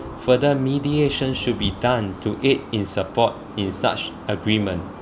further mediation should be done to aid in support in such agreement